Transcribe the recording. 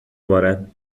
بارد